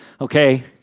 okay